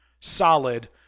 solid